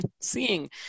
seeing